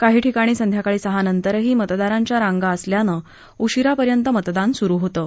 काही ठिकाणी संध्याकाळी सहानंतरही मतदारांच्या रांगा असल्यानं उशीरापर्यंत मतदान सुरु होतं